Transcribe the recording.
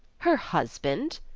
her husband?